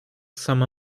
sama